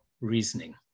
reasoning